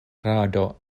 rado